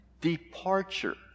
departure